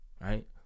right